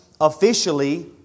officially